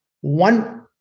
One